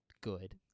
good